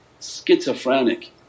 schizophrenic